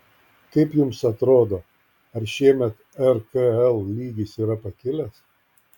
kaip jums atrodo ar šiemet rkl lygis yra pakilęs